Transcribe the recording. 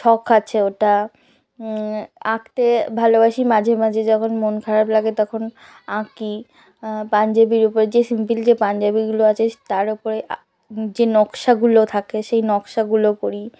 শখ আছে ওটা আঁকতে ভালোবাসি মাঝে মাঝে যখন মন খারাপ লাগে তখন আঁকি পাঞ্জাবির উপরে যে সিম্পল যে পাঞ্জাবিগুলো আছে সে তার উপরে আ যে নকশাগুলো থাকে সেই নকশাগুলো করি